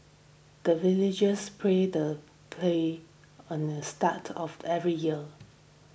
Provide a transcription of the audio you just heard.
the villagers pray the play on the start of the every year